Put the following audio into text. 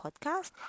podcast